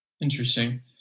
Interesting